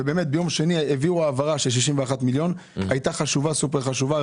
ובאמת ביום שני העבירו העברה של 61 מיליון שהייתה סופר חשובה,